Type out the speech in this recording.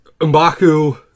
Mbaku